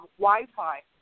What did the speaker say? Wi-Fi